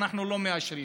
אנחנו לא מאשרים,